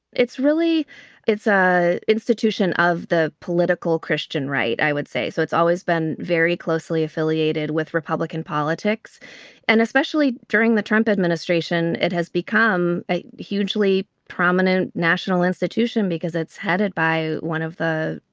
it's really it's an ah institution of the political christian, right? i would say so. it's always been very closely affiliated with republican politics and especially during the trump administration. it has become a hugely prominent national institution because it's headed by one of the,